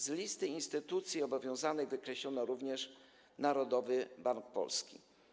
Z listy instytucji obowiązanych wykreślono również Narodowy Bank Polski.